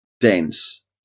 dense